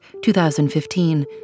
2015